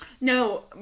No